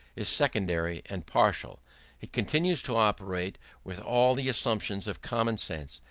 is secondary and partial it continues to operate with all the assumptions of common sense,